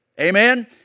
amen